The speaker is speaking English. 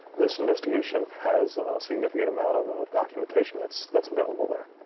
this investigation has a significant amount of of documentation that's that's available there.